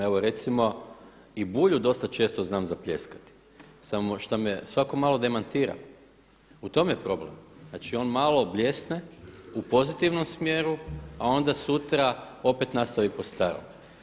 Evo recimo i Bulju dosta često znam zapljeskati samo šta me svako malo demantira u tom je problem. znači on malo bljesne u pozitivnom smjeru, a onda sutra opet nastavi po starom.